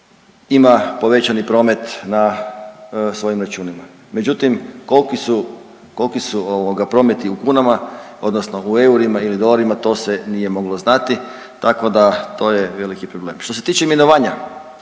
ima povećani promet na svojim računima. Međutim, koliki su prometi u kunama, odnosno u eurima ili dolarima to se nije moglo znati, tako da to je veliki problem. Što se tiče imenovanja,